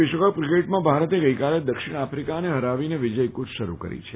વિશ્વકપ ક્રિકેટમાં ભારતે ગઈકાલે દક્ષિણ આફિકાને ફરાવીને વિજયકૂચ શરૂ કરી છે